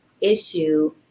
issue